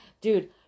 dude